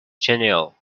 genial